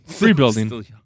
rebuilding